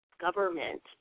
government